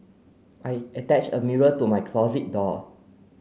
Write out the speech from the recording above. I attached a mirror to my closet door